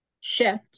shift